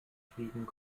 fliegen